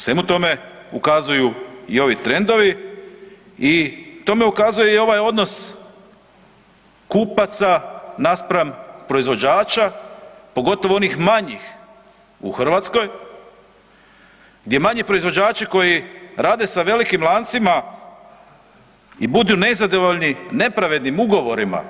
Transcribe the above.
Svemu tome ukazuju i ovi trendovi i tome ukazuje i ovaj odnos kupaca naspram proizvođača, pogotovo onih manjih u Hrvatskoj gdje manji proizvođači koji rade sa velikim lancima i budu nezadovoljni nepravednim ugovorima.